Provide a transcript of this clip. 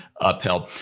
upheld